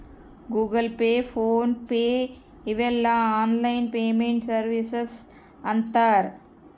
Google Pay PhonePe ಇವೆಲ್ಲ online payment services ಅಂತರ್